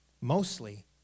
mostly